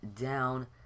down